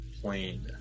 plane